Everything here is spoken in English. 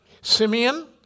Simeon